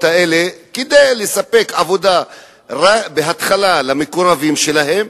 האלה כדי לספק עבודה בהתחלה למקורבים שלהם.